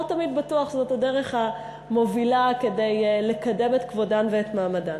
לא תמיד בטוח שזאת הדרך המובילה לקידום כבודן ומעמדן.